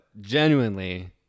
genuinely